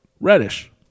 reddish